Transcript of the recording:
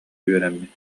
үөрэммит